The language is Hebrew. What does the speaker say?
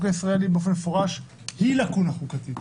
הישראלי באופן מפורש זו לקונה חוקתית,